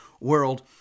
world